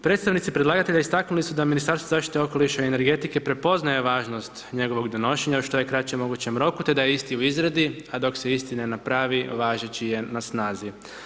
Predstavnici predlagatelja istaknuli su da Ministarstvo zaštite, okoliša i energetike prepoznaju važnost njegovog donošenja u što je kraće mogućem roku, te da je isti u izradi, a dok se isti ne napravi, važeći je na snazi.